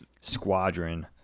squadron